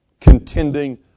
contending